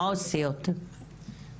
הסוציאליים והעובדות הסוציאליות.